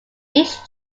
each